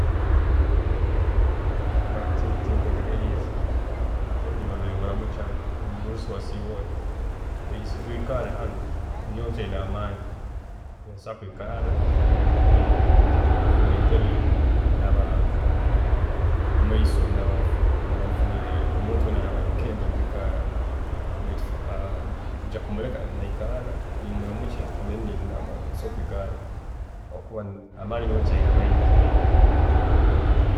﻿Tinkwetegeriize, nyowe nimbaanza nimuramukya, omugurusi wasiiba ota, yes ija oyikarre hanu, nyowe nkyaine amaani, iwe osobola kwiikaarra, nyowe njya kufuna entebe mumaiso obu ndaaba nfunire omuntu weena araaba ayimukire ninjya kwiikaarra baitu ninjya kumuleka nayikarra, nimuramukya, then nimugamba osobola kwiikarra, amaani nyowe nkyaine maingi.